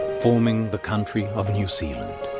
forming the country of new zealand.